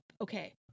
Okay